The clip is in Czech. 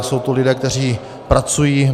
Jsou to lidé, kteří pracují.